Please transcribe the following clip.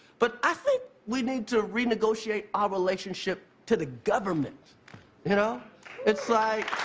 but i think we need to renegotiate our relationship to the government you know it's like